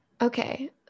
Okay